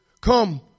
come